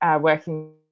working